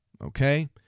Okay